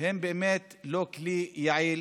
הם לא כלי יעיל,